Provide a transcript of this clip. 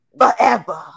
Forever